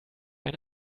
ein